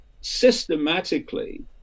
systematically